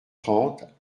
trente